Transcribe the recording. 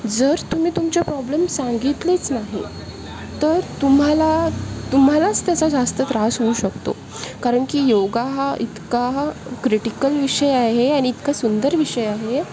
जर तुमी तुमचे प्रॉब्लेम्स सांगितलेच नाही तर तुम्हाला तुम्हालाच त्याचा जास्त त्रास होऊ शकतो कारण की योग हा इतका क्रिटिकल विषय आहे आणि इतका सुंदर विषय आहे